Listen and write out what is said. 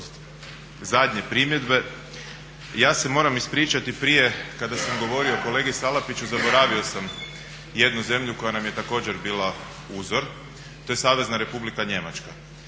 zadnje primjedbe. Ja se moram ispričati, prije kada sam govorio kolegi Salapiću zaboravio sam jednu zemlju koja nam je također bila uzor to je Savezna Republika Njemačka.